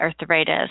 arthritis